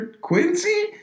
Quincy